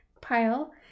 pile